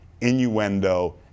innuendo